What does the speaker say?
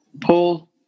Paul